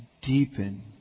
deepen